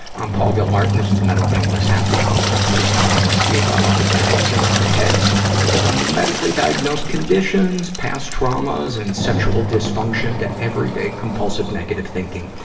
i'm paul gilmartin. this is the mental illness happy hour a place for honesty about all the battles in our heads from medically diagnosed conditions, past traumas and sexual dysfunctions, to everyday, compulsive negative thinking.